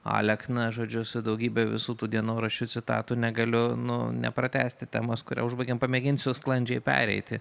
alekną žodžiu su daugybe visų tų dienoraščių citatų negaliu nu nepratęsti temos kurią užbaigėm pamėginsiu sklandžiai pereiti